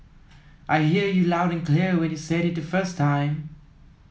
I hear you loud and clear when you said it the first time